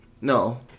no